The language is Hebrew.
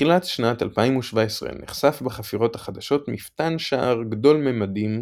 בתחילת שנת 2017 נחשף בחפירות החדשות מפתן שער גדול ממדים,